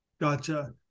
Gotcha